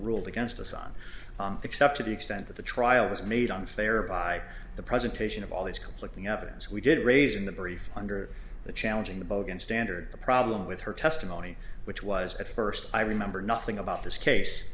ruled against us on except to the extent that the trial was made on fair by the presentation of all these conflicting evidence we did raise in the brief under the challenging the bogan standard the problem with her testimony which was at first i remember nothing about this case